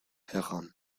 heran